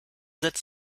setzt